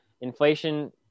inflation